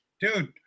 dude